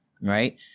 right